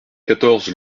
quatorze